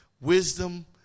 Wisdom